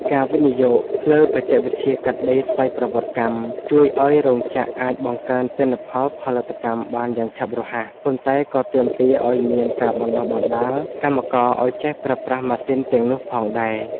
ការវិនិយោគលើបច្ចេកវិទ្យាកាត់ដេរស្វ័យប្រវត្តិកម្ម ជួយឱ្យរោងចក្រអាចបង្កើនទិន្នផលផលិតកម្មបានយ៉ាងឆាប់រហ័ស ប៉ុន្តែក៏ទាមទារឱ្យមានការបណ្ដុះបណ្ដាលកម្មករឱ្យចេះប្រើប្រាស់ម៉ាស៊ីនទាំងនោះផងដែរ។